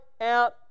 out